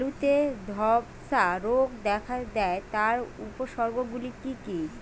আলুতে ধ্বসা রোগ দেখা দেয় তার উপসর্গগুলি কি কি?